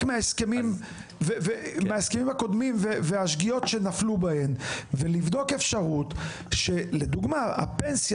מההסכמים הקודמים והשגיאות שנפלו בהם ולבדוק אפשרות שלדוגמא הפנסיה